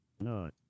No